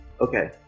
okay